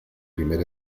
primer